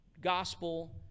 gospel